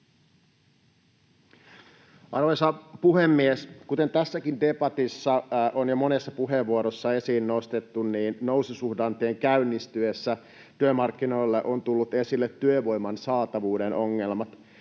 Arvoisa puhemies! Kuten tässäkin debatissa on jo monessa puheenvuorossa esiin nostettu, niin noususuhdanteen käynnistyessä työmarkkinoilla ovat tulleet esille työvoiman saatavuuden ongelmat.